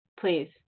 Please